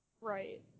Right